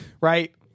right